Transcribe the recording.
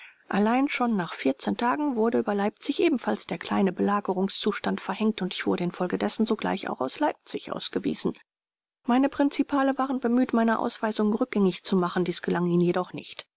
allein schon nach vierzehn tagen wurde über leipzig ebenfalls der kleine belagerungszustand verhängt und ich wurde infolgedessen sogleich auch aus leipzig ausgewiesen meine prinzipale waren bemüht meine ausweisung rückgängig zu machen dies gelang ihnen jedoch nicht